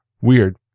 weird